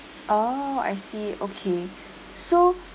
orh I see okay so